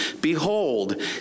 behold